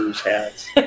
hats